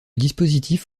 dispositif